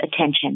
attention